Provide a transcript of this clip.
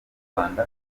rwanda